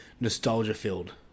nostalgia-filled